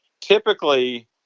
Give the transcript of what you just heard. Typically